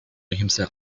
himself